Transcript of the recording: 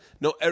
No